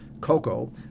cocoa